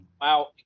wow